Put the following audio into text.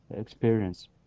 Experience